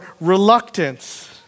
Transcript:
reluctance